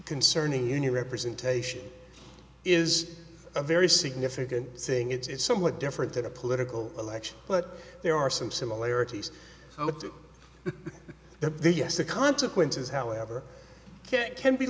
concerning union representation is a very significant thing it's somewhat different than a political election but there are some similarities that the yes the consequences however can be